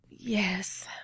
Yes